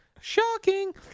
Shocking